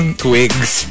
twigs